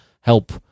help